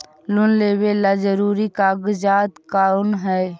Loan लेब ला जरूरी कागजात कोन है?